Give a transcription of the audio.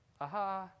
aha